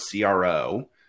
CRO